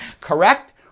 correct